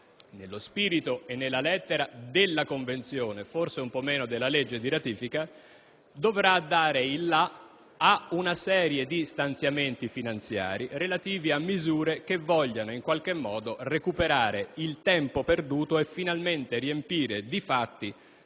nello spirito e nella lettera della Convenzione - forse un po' meno della legge di ratifica - dovrà dare il "la" ad una serie di stanziamenti finanziari relativi a misure che intendono in qualche modo recuperare il tempo perduto e, finalmente, riempire di fatti